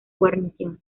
guarnición